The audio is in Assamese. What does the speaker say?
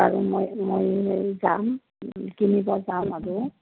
আৰু মই মই যাম কিনিব যাম আৰু